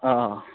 अ